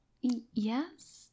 Yes